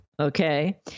Okay